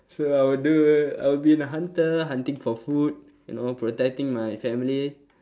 so I would do I would be a hunter hunting for food you know protecting my family